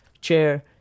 chair